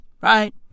right